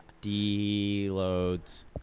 D-loads